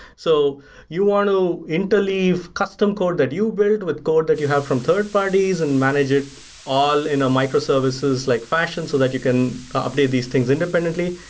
so you want to interleave custom code that you build with code that you have from third parties and manage it all in a microservices like fashion, so that you can update these things independently.